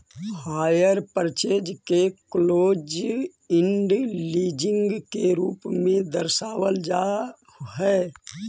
hire purchase के close end leasing के रूप में दर्शावल जा हई